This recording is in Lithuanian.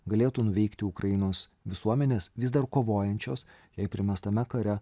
galėtų nuveikti ukrainos visuomenės vis dar kovojančios jai primestame kare